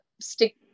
stick